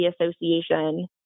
association